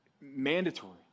mandatory